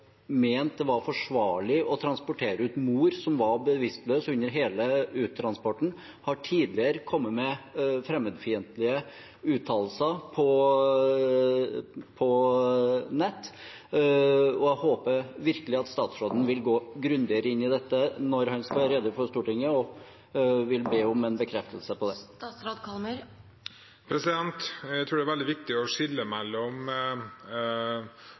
mente det var forsvarlig å transportere ut mor, som var bevisstløs under hele uttransporten, har tidligere kommet med fremmedfiendtlige uttalelser på nettet. Jeg håper virkelig at statsråden vil gå grundigere inn i dette når han skal redegjøre for Stortinget, og jeg vil be om en bekreftelse på det. Jeg tror det er veldig viktig å skille mellom